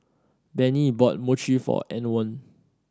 Benny bought Mochi for Antwon